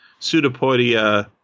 pseudopodia